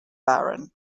baron